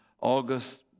August